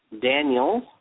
Daniel